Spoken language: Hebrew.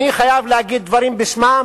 אני חייב להגיד דברים בשמם,